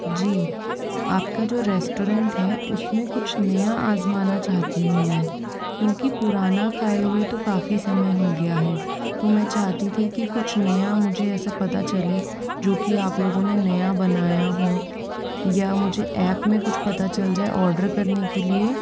जी आपका जो रेस्टोरेंट है उसमें कुछ नया आजमाना चाहती हूँ मैं क्योंकि पुराना खाया हुए तो काफी समय हो गया है तो मैं चाहती थी की कुछ नया मुझे ऐसा पता चले जो की आप लोगों ने नया बनाया हो या मुझे ऐप में कुछ पता चल जाए ऑर्डर करने के लिए